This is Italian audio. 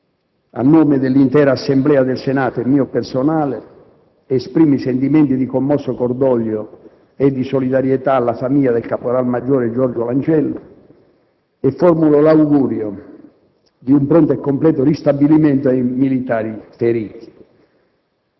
A nome dell'intera Assemblea del Senato e mio personale, esprimo i sentimenti di commosso cordoglio e di solidarietà alla famiglia del caporal maggiore Giorgio Langella e formulo l'augurio di un pronto e completo ristabilimento ai militari feriti.